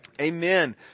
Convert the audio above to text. Amen